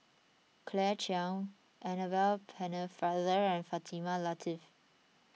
Claire Chiang Annabel Pennefather and Fatimah Lateef